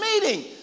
meeting